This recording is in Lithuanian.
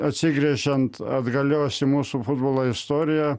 atsigręžiant atgalios į mūsų futbolo istoriją